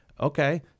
Okay